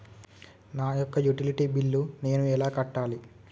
నా యొక్క utility bill నేను ఎలా కట్టాలి?